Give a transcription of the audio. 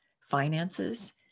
finances